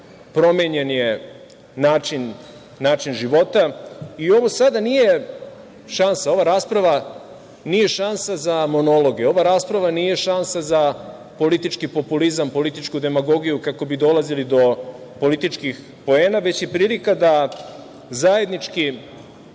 Promenjen je način života. I ovo sada nije šansa, ova rasprava nije šansa za monologe. Ova rasprava nije šansa za politički populizam, političku demagogiju, kako bi dolazili do političkih poena, već je prilika da zajednički